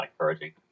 encouraging